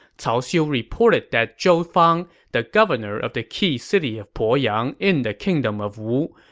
cao xiu reported that zhou fang, the governor of the key city of poyang in the kingdom of wu,